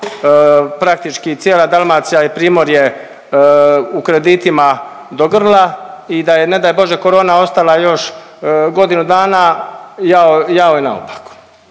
praktički cijela Dalmacija i primorje u kreditima do grla i da je ne daj bože corona ostala još godinu dana jao i naopako.